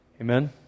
Amen